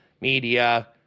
media